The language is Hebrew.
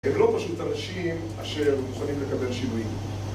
הם לא פשוט אנשים אשר מוכנים לקבל שינויים